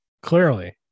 Clearly